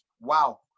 wow